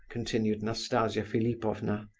continued nastasia philipovna,